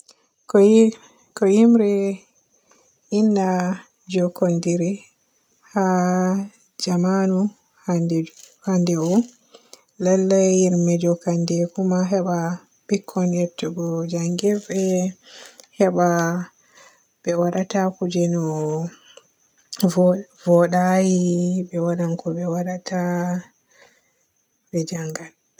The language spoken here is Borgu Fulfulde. Ko yi-ko yimre inna jookundiri haa jaamanu hande hande o lallay jo makande kuma heba bikkoy heptugo njanngirde heba be waadata kuje no vo voday yi himɓe wadan ko be waadata be njanngan.